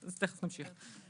תיכף נמשיך.